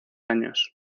años